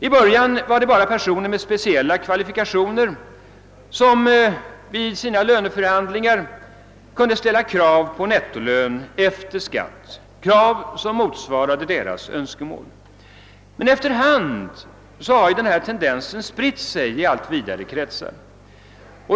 I början var det bara personer med speciella kvalifikationer som vid löneförhandlingarna kunde ställa krav på nettolön efter skatt, krav som motsvarade deras önskemål. Efter hand har denna tendens spritt sig i allt vidare kretsar.